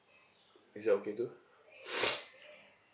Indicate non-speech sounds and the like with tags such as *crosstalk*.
is it okay too *noise*